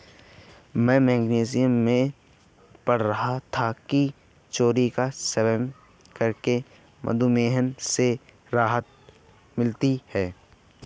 मैं मैगजीन में पढ़ रहा था कि चेरी का सेवन करने से मधुमेह से राहत मिलती है